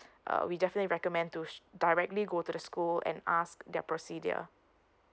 uh we definitely recommend to directly go to the school and ask their procedure